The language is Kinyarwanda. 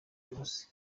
buruse